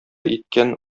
иткән